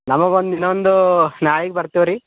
ನಮಗೆ ಒಂದು ಇನ್ನೊಂದು ನಾಳೆಗೆ ಬರ್ತೇವ್ರಿ